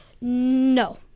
No